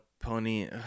Pony